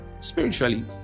spiritually